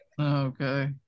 Okay